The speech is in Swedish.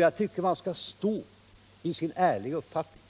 Jag tycker att man skall stå vid sin ärliga uppfattning.